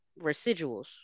residuals